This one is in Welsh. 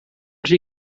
rhy